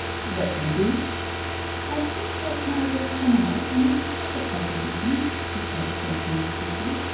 but you do i think that now we have come out, and it is such a pleasant evening she said gently and sweetly,